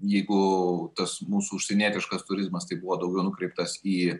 jeigu tas mūsų užsienietiškas turizmas tai buvo daugiau nukreiptas į